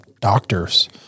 doctors